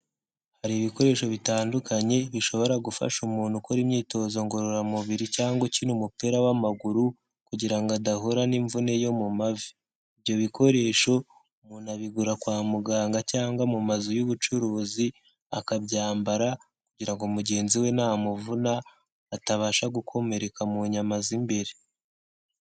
Hari ibikoresho bitandukanye bishobora gufasha umuntu ukora imyitozo ngorora mubiri cyangwa ukina umupira w'amaguru kugira ngo adahura n'imvune yo mu mavi. ibyo bikoresho umuntu abigura kwa muganga cyangwa mu mazu y'ubucuruzi akabyambara kugira ngo mugenzi we n'amuvuna atabasha gukomereka mu nyama z'imbere.